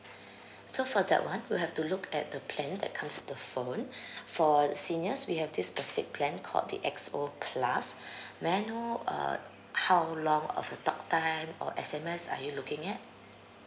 so for that one we'll have to look at the plan that comes with the phone for seniors we have this specific plan called the X_O plus may I know uh how long of a talk time or S_M_S are you looking at